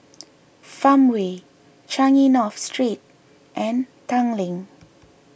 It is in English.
Farmway Changi North Street and Tanglin